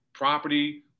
property